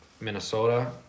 Minnesota